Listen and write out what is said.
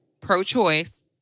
pro-choice